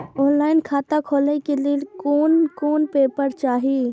Online खाता खोले के लेल कोन कोन पेपर चाही?